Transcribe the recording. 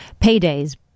paydays